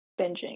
binging